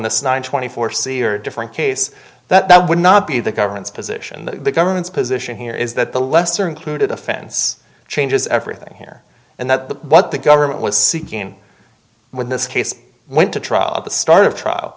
this nine twenty four c are different case that would not be the government's position that the government's position here is that the lesser included offense changes everything here and that the what the government was seeking when this case went to trial at the start of trial